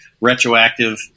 retroactive